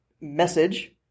message